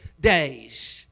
days